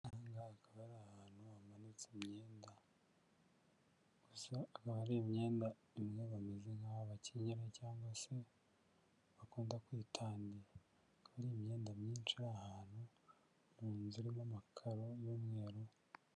Aha hanga akaba ari ahantu hamanitse imyenda, gusa hakaba hari imyenda imwe bameze nkaho bakenyera cyangwa se bakunda kwitandira, hari imyenda myinshi iri ahantu munzu irimo amakaro y'umweru.